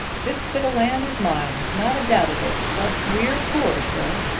this bit of land is mine not a doubt of it but we're poor, sir.